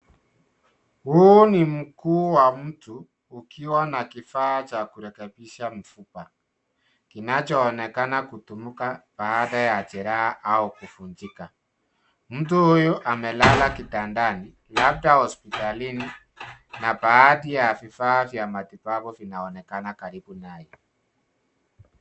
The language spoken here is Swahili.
Huu ni mguu wa mtu ukiwa na kifaa cha kurekebisha mfupa kinachoonekana kutumika baada ya jeraha au kuvunjika, mtu huyu amelala kitandani labda hospitalini na baadhi ya vifaa vya matibabu vinaonekana karibu naye.